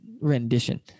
rendition